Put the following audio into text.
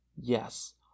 yes